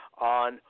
on